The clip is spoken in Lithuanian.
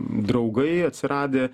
draugai atsiradę